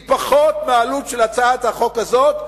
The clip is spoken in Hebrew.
היא פחות מעלות של הצעת החוק הזאת,